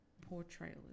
Portrayal